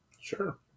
sure